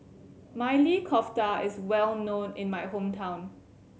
Maili Kofta is well known in my hometown